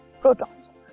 protons